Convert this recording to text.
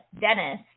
Dennis